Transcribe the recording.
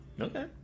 Okay